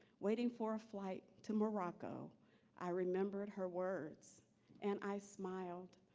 waiting for a flight to morocco i remembered her words and i smiled.